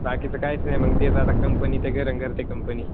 बाकीचं कायच नाही मग तेच आता कंपनी ते घर न घर ते कंपनी